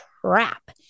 crap